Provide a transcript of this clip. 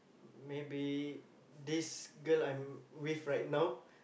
maybe this girl I'm with right now